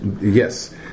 Yes